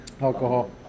alcohol